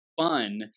fun